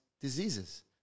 diseases